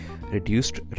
reduced